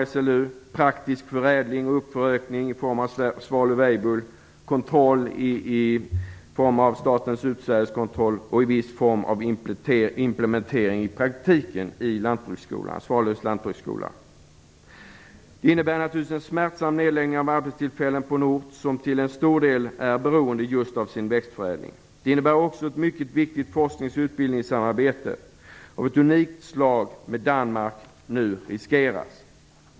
Det rör sig om praktisk förädling och uppförökning genom Svalöf Weibull, om kontroll genom Statens utsädeskontroll och till viss del om implementering i praktiken genom Svalövs lantbruksskola. Nedläggningen innebär naturligtvis en smärtsam minskning av arbetstillfällen på en ort som till stor del är beroende just av sin växtförädling. Den innebär också att ett mycket viktigt forsknings och utbildningssamarbete med Danmark av ett unikt slag nu riskeras.